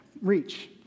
reach